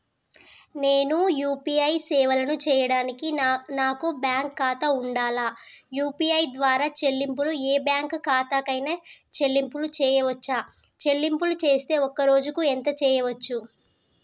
నేను యూ.పీ.ఐ సేవలను చేయడానికి నాకు బ్యాంక్ ఖాతా ఉండాలా? యూ.పీ.ఐ ద్వారా చెల్లింపులు ఏ బ్యాంక్ ఖాతా కైనా చెల్లింపులు చేయవచ్చా? చెల్లింపులు చేస్తే ఒక్క రోజుకు ఎంత చేయవచ్చు?